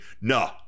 no